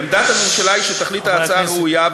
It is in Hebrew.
עמדת הממשלה היא שתכלית ההצעה ראויה,